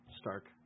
stark